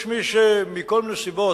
יש מי שמכל מיני סיבות,